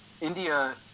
India